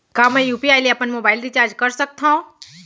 का मैं यू.पी.आई ले अपन मोबाइल के रिचार्ज कर सकथव?